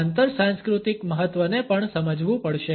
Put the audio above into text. આંતર સાંસ્કૃતિક મહત્વને પણ સમજવું પડશે